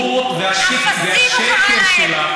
הבורות והשקר שלך, אפסים הוא קרא להם.